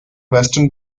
western